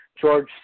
George